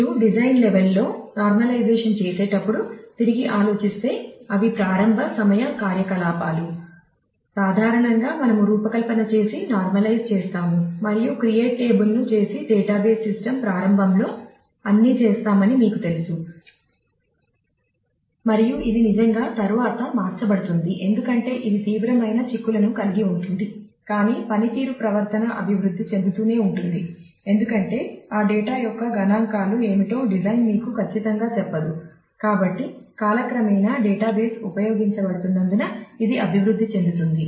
మీరు design level ఉపయోగించబడుతున్నందున ఇది అభివృద్ధి చెందుతుంది